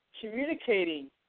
communicating